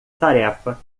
tarefa